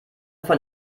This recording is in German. von